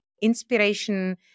inspiration